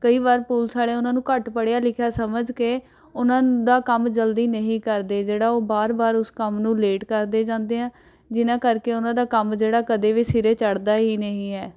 ਕਈ ਵਾਰ ਪੁਲਿਸ ਵਾਲੇ ਉਹਨਾਂ ਨੂੰ ਘੱਟ ਪੜ੍ਹਿਆ ਲਿਖਿਆ ਸਮਝ ਕੇ ਉਹਨਾਂ ਦਾ ਕੰਮ ਜਲਦੀ ਨਹੀਂ ਕਰਦੇ ਜਿਹੜਾ ਉਹ ਵਾਰ ਵਾਰ ਉਸ ਕੰਮ ਨੂੰ ਲੇਟ ਕਰਦੇ ਜਾਂਦੇ ਆ ਜਿਨ੍ਹਾਂ ਕਰਕੇ ਉਹਨਾਂ ਦਾ ਕੰਮ ਜਿਹੜੇ ਕਦੇ ਵੀ ਸਿਰੇ ਚੜ੍ਹਦਾ ਹੀ ਨਹੀਂ ਹੈ